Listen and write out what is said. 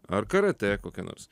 ar karatė kokia nors